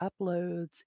uploads